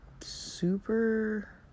super